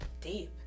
Deep